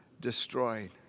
destroyed